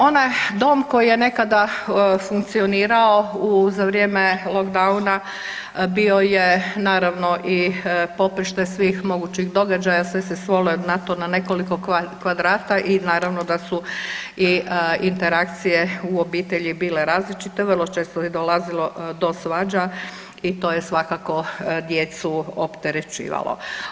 Ovaj dom koji je nekada funkcionirao za vrijeme lockdowna bio je naravno i poprište svih mogućih događaja, sve se svelo na to na nekoliko kvadrata i naravno da su i interakcije u obitelji bile različite, vrlo često je dolazilo do svađa i to je svakako djecu opterećivalo.